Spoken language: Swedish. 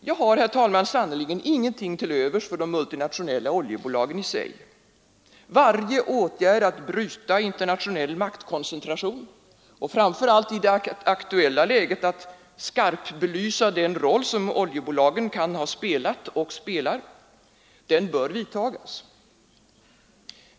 Jag har, herr talman, sannerligen ingenting till övers för de multinationella oljebolagen. Varje åtgärd för att bryta internationell maktkoncentration och, framför allt i det aktuella läget, skarpbelysa den roll som oljebolagen kan ha spelat och spelar bör vidtas.